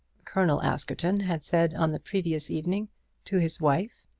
colonel askerton had said on the previous evening to his wife.